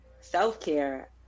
self-care